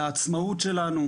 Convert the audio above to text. על העצמאות שלנו.